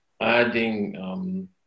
adding